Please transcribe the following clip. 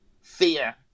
fear